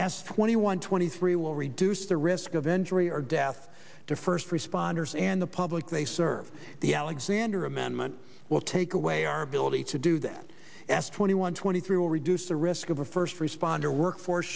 as twenty one twenty three will reduce the risk of injury or death to first responders and the public they serve the alexander amendment will take away our ability to do that as twenty one twenty three will reduce the risk of a first responder workforce